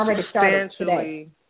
substantially